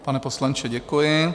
Pane poslanče, děkuji.